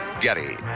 Getty